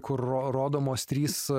kur ro rodomos trys